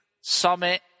summit